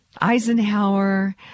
Eisenhower